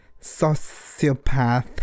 sociopath